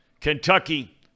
Kentucky